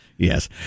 Yes